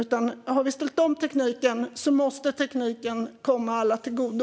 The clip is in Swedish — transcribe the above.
Om vi har ställt om tekniken måste tekniken komma alla till godo.